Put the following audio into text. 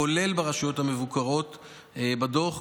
כולל ברשות המבוקרות בדוח,